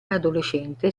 adolescente